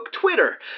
Twitter